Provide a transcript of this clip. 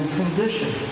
condition